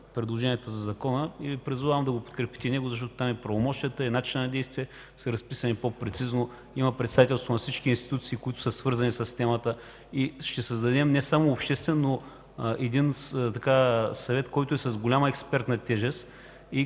предложенията по закона. Призовавам Ви да го подкрепите, защото там правомощията и начинът на действие са разписани по-прецизно. Има представителство на всички институции, свързани с темата. Ще създадем не само обществен, но и съвет с голяма експертна тежест,